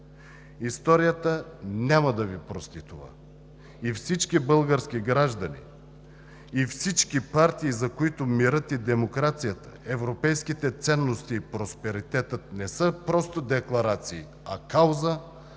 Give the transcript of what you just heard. Историята няма да Ви прости това! И всички български граждани, и всички партии, за които мирът и демокрацията, европейските ценности и просперитетът не са просто декларации, а кауза,